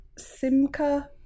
Simka